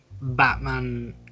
Batman